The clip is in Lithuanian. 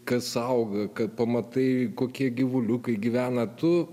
kas auga kai pamatai kokie gyvuliukai gyvena tu